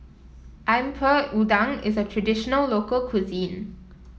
udang is a traditional local cuisine